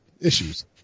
issues